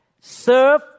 serve